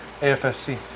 AFSC